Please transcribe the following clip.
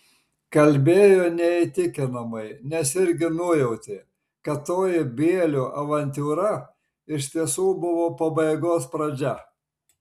kalbėjo neįtikinamai nes irgi nujautė kad toji bielio avantiūra iš tiesų buvo pabaigos pradžia